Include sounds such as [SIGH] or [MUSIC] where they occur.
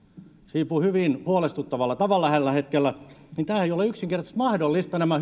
hiipuu hyvin huolestuttavalla tavalla tällä hetkellä niin tämä ei ole yksinkertaisesti mahdollista nämä [UNINTELLIGIBLE]